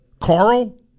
Carl